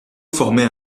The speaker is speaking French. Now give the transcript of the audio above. formait